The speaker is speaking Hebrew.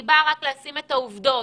אני באה רק לשים את העובדות.